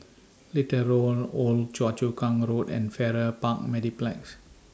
Little Road Old Choa Chu Kang Road and Farrer Park Mediplex